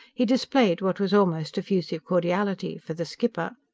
he displayed what was almost effusive cordiality for the skipper.